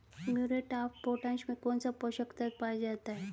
Muriate of potash में कौन सा पोषक तत्व पाया जाता है?